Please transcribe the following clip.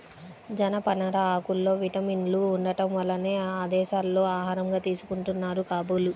జనపనార ఆకుల్లో విటమిన్లు ఉండటం వల్లనే ఆ దేశాల్లో ఆహారంగా తీసుకుంటున్నారు కాబోలు